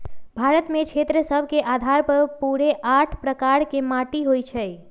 भारत में क्षेत्र सभ के अधार पर पूरे आठ प्रकार के माटि होइ छइ